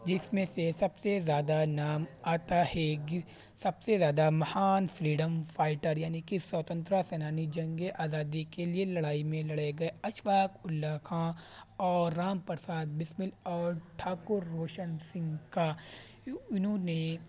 جس میں سے سب سے زیادہ نام آتا ہے سب سے زیادہ مہان فریڈم فائیٹر یعنی کہ سوتنترا سینانی جنگ آزادی کے لیے لڑائی میں لڑے گئے اشفاق اللہ خاں اور رام پرساد بسمل اور ٹھاکر روشن سنگھ کا انہوں نے